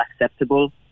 acceptable